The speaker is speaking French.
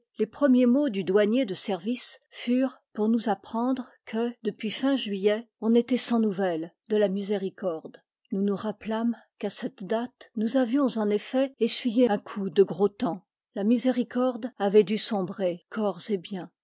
les premiers mots du douanier de service furent pour nous apprendre que depuis fin juillet on était sans nouvelles de la miséricorde nous nous rappelâmes qu'à cette date nous avions en effet essuyé un coup de gros temps la miséricorde avait dû sombrer corps et biens